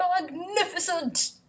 magnificent